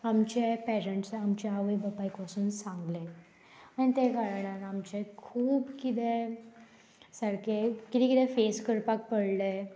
आमचे पेरंट्स आमचे आवय बापायक वसून सांगले आनी तें कारणान आमचे खूब किदें सारके किदें किदें फेस करपाक पडले